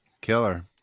killer